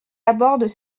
abordent